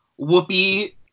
Whoopi